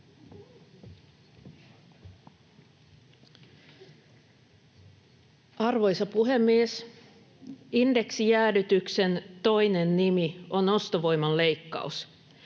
Arvoisa puhemies! Indeksijäädytyksen toinen nimi on ostovoiman leikkaus.